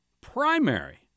primary